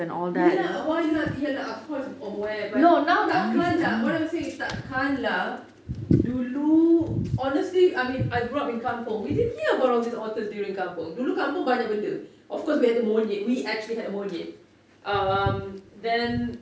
ya lah wildlife ya lah of course aware but takkan lah what I'm saying is takkan lah dulu honestly I mean I grew up in kampung we did not hear about all these otters during kampung dulu kampung banyak benda of course we had the monyet we actually had the monyet uh then